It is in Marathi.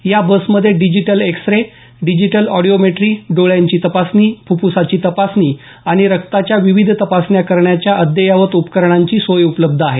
या बसमध्ये digital X ray digital audiometry डोळ्यांची तपासणी फुफ्फुसाची तपासणी आणि रक्ताच्या विविध तपासण्या करणाच्या अद्ययावत उपकरणांची सोय उपलब्ध आहे